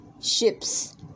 ships